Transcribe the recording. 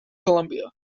columbia